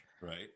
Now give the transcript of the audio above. right